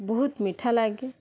ବହୁତ ମିଠା ଲାଗେ